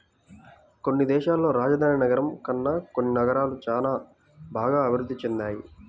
కొన్ని దేశాల్లో రాజధాని నగరం కన్నా కొన్ని నగరాలు చానా బాగా అభిరుద్ధి చెందాయి